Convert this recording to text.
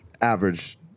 Average